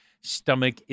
stomach